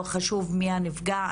לא חשוב מי הנפגע,